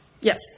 yes